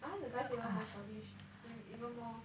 aren't the guys even more childish e~ even more